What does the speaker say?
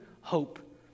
hope